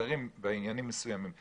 קצרים בעניינים מסוימים.